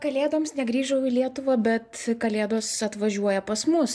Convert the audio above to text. kalėdoms negrįžau į lietuvą bet kalėdos atvažiuoja pas mus